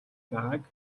байгааг